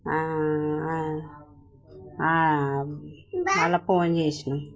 మళ్ళీ ఫోన్ చేశాము